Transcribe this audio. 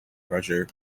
pressure